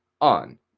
On